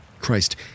christ